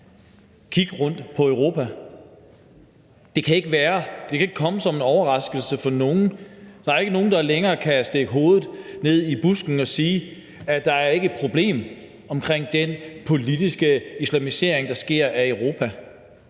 Kig rundt i Europa – det kan ikke komme som en overraskelse for nogen; der er ikke længere nogen, der kan stikke hovedet i busken og sige, at der ikke er et problem i forhold til den politiske islamisering, der sker af Europa,